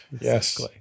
yes